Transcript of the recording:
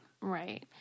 Right